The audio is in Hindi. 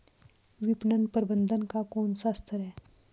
विपणन प्रबंधन का कौन सा स्तर है?